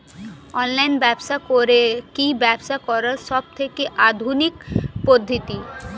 Online ব্যবসা করে কি ব্যবসা করার সবথেকে আধুনিক পদ্ধতি?